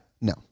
No